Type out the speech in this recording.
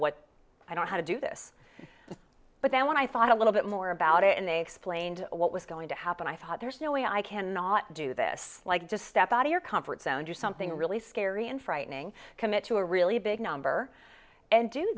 what i don't how to do this but then when i thought a little bit more about it and they explained what was going to happen i thought there's no way i cannot do this like just step out of your comfort zone do something really scary and frightening commit to a really big number and do